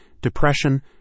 depression